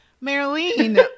Marilyn